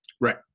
Right